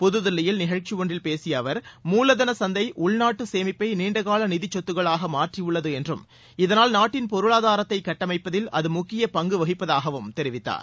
புதுதில்லியில் நிகழ்ச்சி ஒன்றில் பேசிய அவா் மூலதன சந்தை உள்நாட்டு சேமிப்பை நீண்டகால நிதி சொத்துக்களாக மாற்றியுள்ளது என்றும் இதனால் நாட்டின் பொருளாதாரத்தை கட்டமைப்பதில் அது முக்கிய பங்கு வகிப்பதாகவும் தெரிவித்தார்